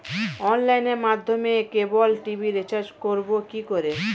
অনলাইনের মাধ্যমে cable TV recharge করব কি করে?